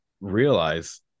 realize